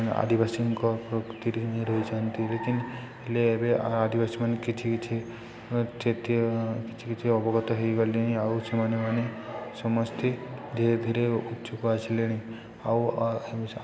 ଆଦିବାସୀଙ୍କ ପ୍ରତି ରହିଛନ୍ତି ଲେକିନ୍ ହେଲେ ଏବେ ଆଦିବାସୀ ମାନେ କିଛି କିଛି କିଛି କିଛି ଅବଗତ ହେଇସାରିଲେଣି ଆଉ ସେମାନେ ମାନେ ସମସ୍ତେ ଧୀରେ ଧୀରେ ଇଚ୍ଚୁକ ଆସିଲେଣି ଆଉ